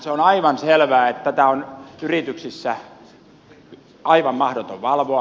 se on aivan selvää että tätä on yrityksissä aivan mahdoton valvoa